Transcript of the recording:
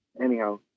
anyhow